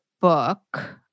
book